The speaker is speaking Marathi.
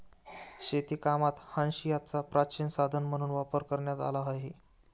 शेतीकामात हांशियाचा प्राचीन साधन म्हणून वापर करण्यात आला आहे